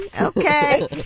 Okay